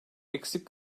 eksik